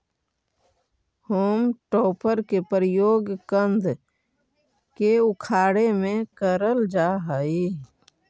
home टॉपर के प्रयोग कन्द के उखाड़े में करल जा हई